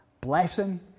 blessing